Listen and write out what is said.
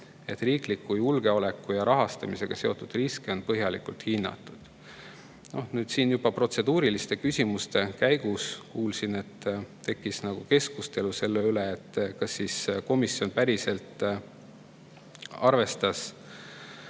et riikliku julgeoleku ja rahastamisega seotud riske on põhjalikult hinnatud. Nüüd siin protseduuriliste küsimuste käigus kuulsin, et tekkis keskustelu selle üle, kas siis komisjon päriselt arvestas